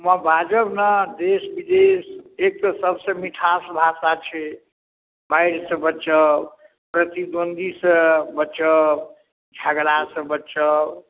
मे बाजब ने देश विदेश एक तऽ सभसँ मिठास भाषा छै मारिसँ बचब प्रतिद्वन्दीसँ बचब झगड़ासँ बचब